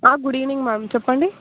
good evening ma'am చెప్పండి